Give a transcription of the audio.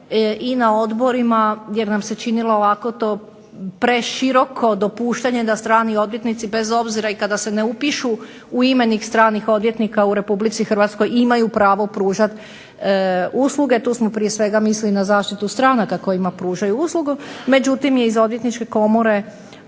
i na odborima gdje nam se činilo to preširoko dopuštanje da strani odvjetnici bez obzira da kada se ne upišu u imenik stranih odvjetnika u RH imaju pravo pružati usluge. Tu smo prije svega mislili na zaštitu stranaka kojima pružaju uslugu, međutim je iz Odvjetničke komore